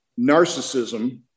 narcissism